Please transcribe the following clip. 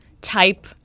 type